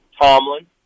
Tomlin